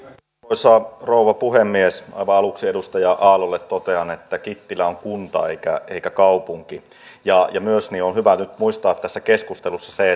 arvoisa rouva puhemies aivan aluksi edustaja aallolle totean että kittilä on kunta eikä kaupunki on myös hyvä nyt muistaa tässä keskustelussa se